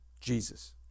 Jesus